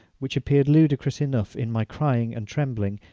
which appeared ludicrous enough in my crying and trembling,